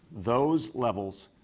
those levels,